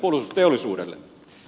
toinen asia